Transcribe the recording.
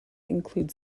include